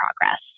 progress